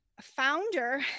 founder